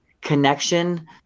connection